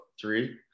three